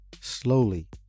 Slowly